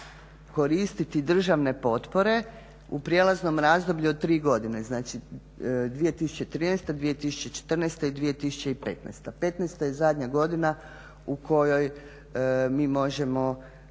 koristiti državne potpore u prijelaznom razdoblju od 3 godine, znači 2013., 2014. i 2015. Petnaesta je zadnja godina u kojoj mi možemo